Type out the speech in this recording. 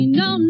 no